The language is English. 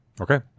Okay